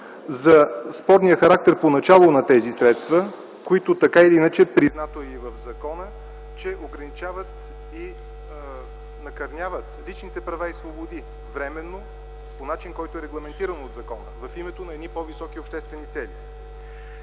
за спорния характер поначало на тези средства, които, така или иначе, е признато и в закона, че ограничават и накърняват личните права и свободи временно, по начин, който е регламентиран от закона – в името на едни по-високи обществени цели.